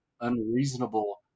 unreasonable